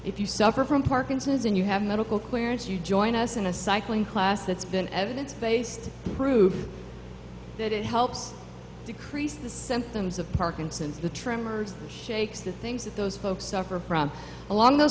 you suffer from parkinson's and you have medical clearance you join us in a cycling class that's been evidence based proof that it helps decrease the symptoms of parkinson's the tremors shakes the things that those folks suffer from along those